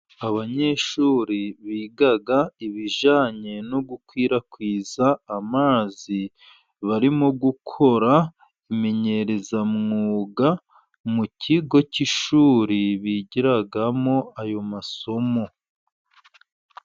Abanyeshuri biga ibijyanye no gukwirakwiza amazi, barimo gukora imenyerezamwuga mu kigo cy'ishuri, bigiramo ayo masomo.